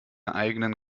eigenen